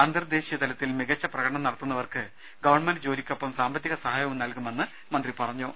അന്തർ ദേശീയതലത്തിൽ മികച്ച പ്രകടനം നടത്തു ന്നവർക്ക് ഗവർണമെന്റ് ജോലിക്കൊപ്പം സാമ്പത്തിക സഹായവും നൽകുമെന്നും മന്ത്രി പറഞ്ഞു